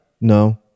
No